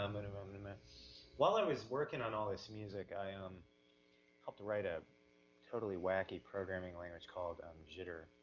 um and um i'm and gonna while i was working on all this music, i um helped to write a totally wacky programming language called um jitter,